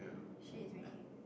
shit it's raining